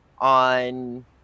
on